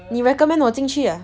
你 recommend 我进去 ah